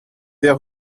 der